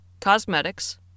Cosmetics